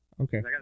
Okay